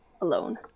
alone